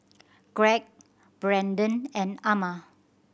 Greg Brendon and Ama